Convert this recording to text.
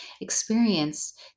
experience